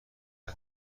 های